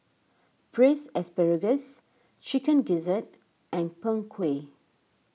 Braised Asparagus Chicken Gizzard and Png Kueh